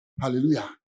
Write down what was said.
Hallelujah